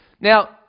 Now